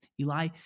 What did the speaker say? Eli